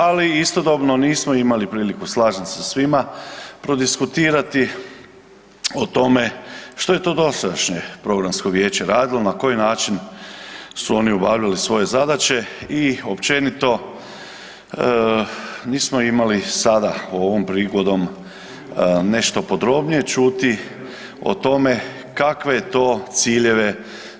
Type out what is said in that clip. Ali istodobno nismo imali priliku, slažem se sa svima prodiskutirati o tome što je to dosadašnje Programsko vijeće radilo, na koji način su oni obavljali svoje zadaće i općenito nismo imali sada ovom prigodom nešto podrobnije čuti o tome kakve je to ciljeve